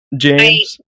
James